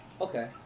Okay